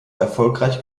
erfolgreich